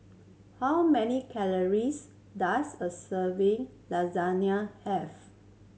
how many calories does a serving Lasagne have